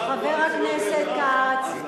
חבר הכנסת כץ,